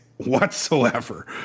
whatsoever